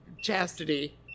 chastity